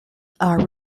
are